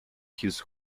his